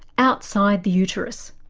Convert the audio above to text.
outside the uterus.